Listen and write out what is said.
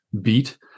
beat